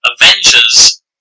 Avengers